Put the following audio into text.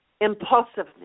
impulsiveness